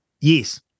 Yes